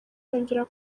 yongera